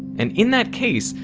and in that case,